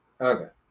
Okay